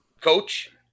coach